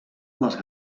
les